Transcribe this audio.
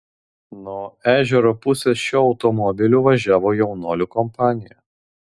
nuo ežero pusės šiuo automobiliu važiavo jaunuolių kompanija